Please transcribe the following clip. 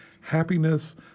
happiness